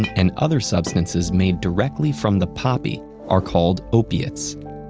and and other substances made directly from the poppy are called opiates.